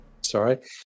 Sorry